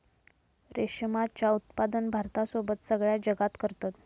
रेशमाचा उत्पादन भारतासोबत सगळ्या जगात करतत